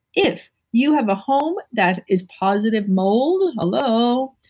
if you have a home that is positive mold, hello,